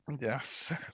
Yes